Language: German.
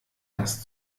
das